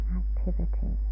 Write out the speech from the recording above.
activity